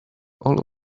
all